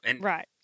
Right